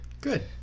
Good